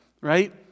right